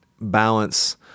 balance